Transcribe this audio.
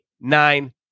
nine